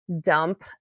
dump